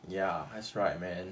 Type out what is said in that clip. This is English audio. ya that's right man